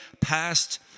past